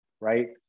right